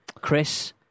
Chris